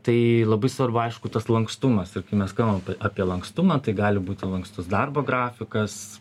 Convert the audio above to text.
tai labai svarbu aišku tas lankstumas ir kai mes kalbam apie lankstumą tai gali būti lankstus darbo grafikas